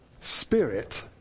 spirit